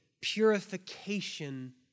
purification